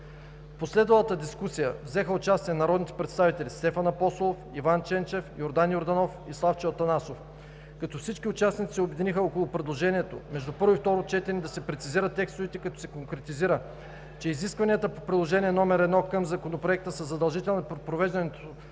В последвалата дискусия взеха участие народните представители Стефан Апостолов, Иван Ченчев, Йордан Йорданов и Славчо Атанасов, като всички участници се обединиха около предложението между първо и второ четене да се прецизират текстовете, като се конкретизира, че изискванията по Приложение № 1 към Законопроекта са задължителни при провеждането